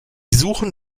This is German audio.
suchen